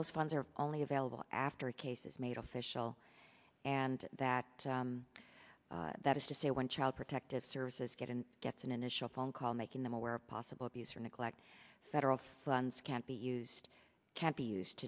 most funds are only available after cases made official and that that is to say when child protective services get in gets an initial phone call making them aware of possible abuse or neglect federal funds can't be used can't be used